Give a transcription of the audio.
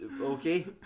okay